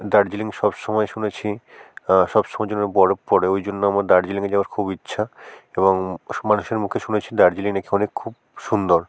দার্জিলিং সবসময় শুনেছি সবসময়ের জন্য বরফ পড়ে ওই জন্য আমার দার্জিলিংয়ে যাওয়ার খুব ইচ্ছা এবং মানুষের মুখে শুনেছি দার্জিলিং নাকি অনেক খুব সুন্দর